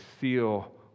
seal